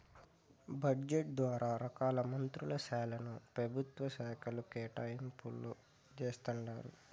budget ద్వారా రకాల మంత్రుల శాలకు, పెభుత్వ శాకలకు కేటాయింపులు జేస్తండారు